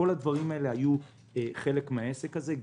כל הדברים האלה היו חלק מהעסק הזה.